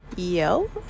yo